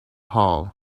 hall